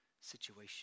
situation